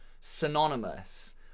synonymous